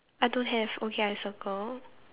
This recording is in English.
I don't have okay I circle